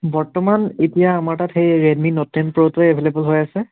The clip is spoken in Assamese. বৰ্তমান এতিয়া আমাৰ তাত সেই ৰেডমি নোট টেন প্ৰ'টোয়ে এভেলেবোল হৈ আছে